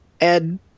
Ed